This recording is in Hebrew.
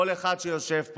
של כל אחד שיושב פה,